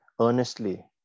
earnestly